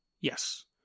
Yes